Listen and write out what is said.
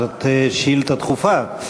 זאת שאילתה דחופה.